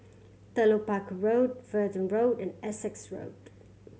Telok Paku Road Verdun Road and Essex Road